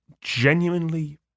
genuinely